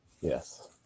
Yes